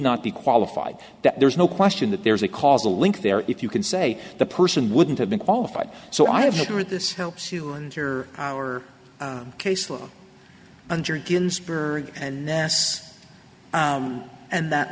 not be qualified that there's no question that there's a causal link there if you can say the person wouldn't have been qualified so i haven't read this helps you and your our case look under ginsburg and their ass and that